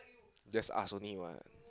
just ask only what